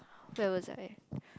where was I